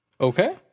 Okay